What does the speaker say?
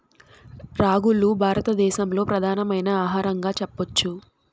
రాగులు భారత దేశంలో ప్రధానమైన ఆహారంగా చెప్పచ్చు